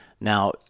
Now